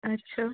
अच्छा